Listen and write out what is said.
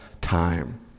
time